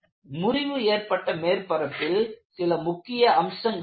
முறிவு ஏற்பட்ட மேற்பரப்பில் சில முக்கிய அம்சங்கள் உள்ளன